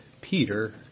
Peter